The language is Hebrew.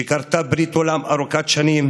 שכרתה ברית ארוכת שנים,